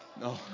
No